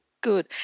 good